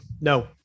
no